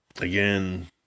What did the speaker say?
again